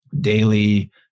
daily